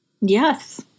Yes